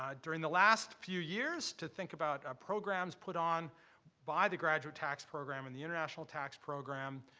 ah during the last few years, to think about programs put on by the graduate tax program and the international tax program,